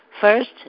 First